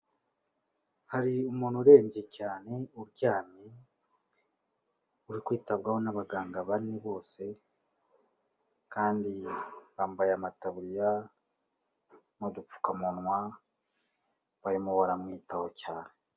Hari umuntu urembye cyane uryamye uri kwitabwaho n'abaganga bane bose kandi bambaye amataburiya n'udupfukamunwa barimo baramwitaho cyane.